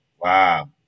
Wow